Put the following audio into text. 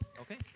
okay